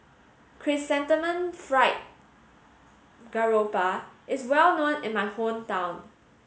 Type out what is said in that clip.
Chrysanthemum Fried Garoupa is well known in my hometown